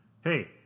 Hey